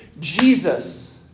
Jesus